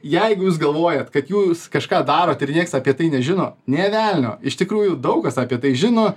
jeigu jūs galvojat kad jūs kažką darot ir nieks apie tai nežino nė velnio iš tikrųjų daug kas apie tai žino